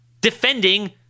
defending